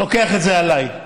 לוקח את זה עליי.